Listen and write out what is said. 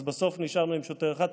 אז בסוף נשארנו עם שוטר אחד.